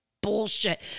bullshit